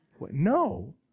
No